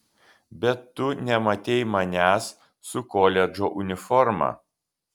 bet tu nematei manęs su koledžo uniforma